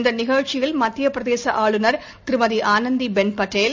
இந்த நிகழ்ச்சியில் மத்திய பிரதேச ஆளுநர் திருமதி ஆனந்திபென் படேல்